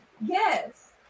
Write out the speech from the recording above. Yes